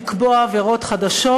לקבוע עבירות חדשות,